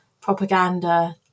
propaganda